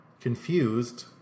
Confused